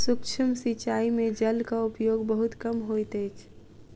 सूक्ष्म सिचाई में जलक उपयोग बहुत कम होइत अछि